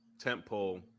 temple